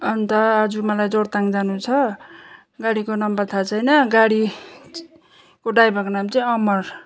अन्त आज मलाई जोरथाङ जानु छ गाडीको नम्बर थाहा छैन गाडीको ड्राइभरको नाम चाहिँ अमर